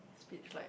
speech like